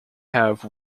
have